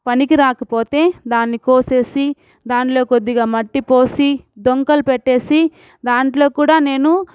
పనికి రాకపోతే దాన్ని కోసి దాన్లో కొద్దిగా మట్టి పోసి డొంకలు పెట్టేసి దాంట్లో కూడా నేను